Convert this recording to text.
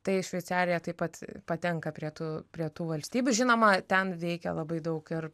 tai šveicarija taip pat patenka prie tų prie tų valstybių žinoma ten veikia labai daug ir